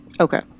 Okay